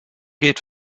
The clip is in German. geht